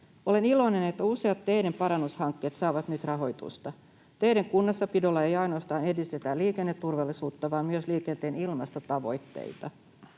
Olen iloinen, että useat teidenparannushankkeet saavat nyt rahoitusta. Teiden kunnossapidolla ei ainoastaan edistetä liikenneturvallisuutta vaan myös liikenteen ilmastotavoitteita.